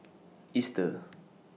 Easter